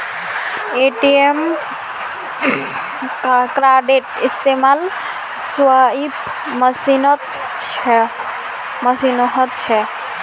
ATM कार्डेर इस्तमाल swipe मशीनत ह छेक